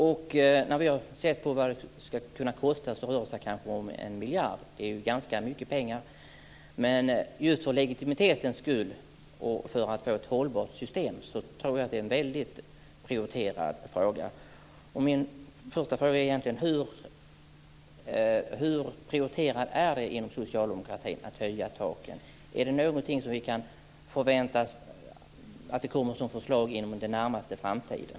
När vi har tittat närmare på vad detta ska kunna kosta har vi kommit fram till att det kanske rör sig om 1 miljard. Det är ganska mycket pengar. Men just för legitimitetens skull och för att få ett hållbart system tror jag att det bör vara en högt prioriterad fråga. Mina frågor är: Hur prioriterat är det inom socialdemokratin att höja taken? Är det någonting som vi kan förvänta oss kommer som förslag inom den närmaste framtiden?